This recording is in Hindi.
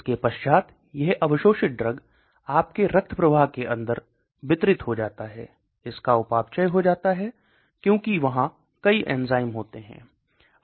इसके पश्चात यह अवशोषित ड्रग आपके रक्तप्रवाह के अंदर वितरित हो जाता है इसका उपापचय हो जाता है क्योंकि वहाँ कई एंजाइम होते हैं